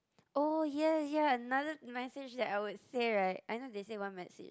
oh ya ya another message that I would say right I know they say one message